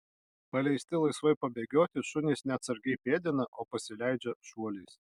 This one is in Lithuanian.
paleisti laisvai pabėgioti šunys ne atsargiai pėdina o pasileidžia šuoliais